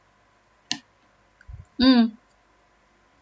mm